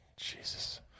Jesus